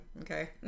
okay